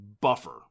Buffer